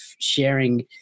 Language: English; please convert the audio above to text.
sharing